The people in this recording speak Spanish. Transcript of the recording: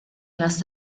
las